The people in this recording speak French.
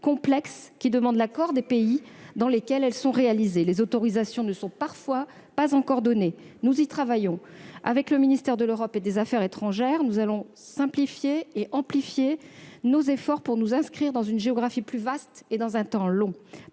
qui demandent l'accord des pays dans lesquels elles sont réalisées. Les autorisations ne sont parfois pas encore données, nous y travaillons. Avec le ministère de l'Europe et des affaires étrangères, nous allons simplifier et amplifier nos efforts pour nous inscrire dans une géographie plus vaste et dans un temps long.